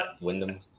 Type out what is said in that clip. Wyndham